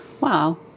Wow